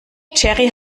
jerry